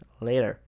later